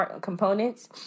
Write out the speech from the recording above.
components